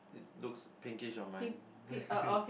looks pinkish on mine